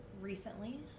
recently